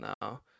now